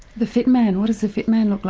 the fit man, what does the fit man look like?